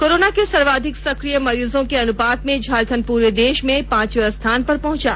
corona के सर्वाधिक सक्रिय मरीजों के अनुपात में झारखंड पूरे देश में पांचवे स्थान पर पहुंचा